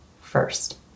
first